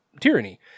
tyranny